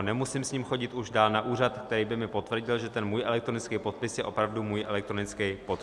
Nemusím s ním chodit už dál na úřad, který by mi potvrdil, že ten můj elektronický podpis je opravdu můj elektronický podpis.